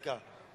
דקה.